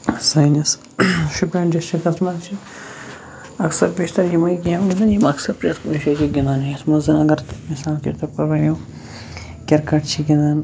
سٲنِس شُپین ڈِسٹِرٛکَس منٛز چھِ اَکثر بیشتر یِمٔے گیمہٕ گِنٛدان یِم اَکثر پرٛیٚتھ کُنہِ جایہِ چھِ گِنٛدان یَتھ منٛز زَن اگر مِثال کے طور پر وَنِو کِرکَٹ چھِ گِنٛدان